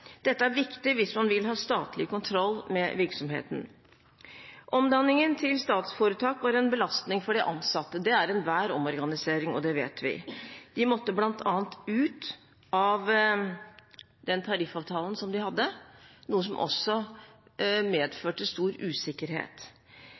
Dette er viktig hvis man vil ha statlig kontroll med virksomheten. Omdanningen til statsforetak var en belastning for de ansatte. Det er enhver omorganisering, og det vet vi. De måtte bl.a. ut av den tariffavtalen de hadde, noe som også